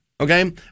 okay